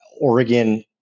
Oregon